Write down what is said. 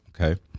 Okay